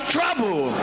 trouble